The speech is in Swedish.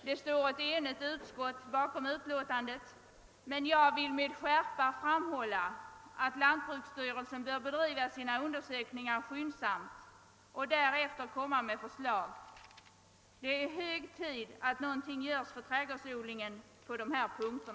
Det står ett enigt utskott bakom utlåtandet, men jag vill med skärpa framhålla att lantbruksstyrelsen bör bedriva sina undersökningar skyndsamt och därefter framlägga förslag. Det är hög tid att någonting göres för trädgårdsnäringen på dessa punkter.